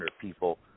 people